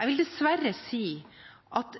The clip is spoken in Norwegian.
Jeg vil dessverre si at